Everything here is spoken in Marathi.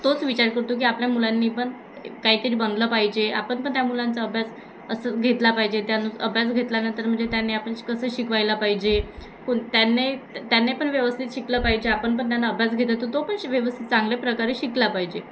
तोच विचार करतो की आपल्या मुलांनी पण काहीतरी बनलं पाहिजे आपण पण त्या मुलांचा अभ्यास असं घेतला पाहिजे त्यानुस अभ्यास घेतल्यानंतर म्हणजे त्यांनी आपण श कसं शिकवायला पाहिजे कोण त्यांनी त्यांनी पण व्यवस्थित शिकलं पाहिजे आपण पण त्यांना अभ्यास घेत तो तो पण श व्यवस्थित चांगल्या प्रकारे शिकला पाहिजे